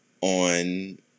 on